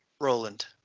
Roland